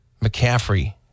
McCaffrey